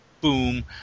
boom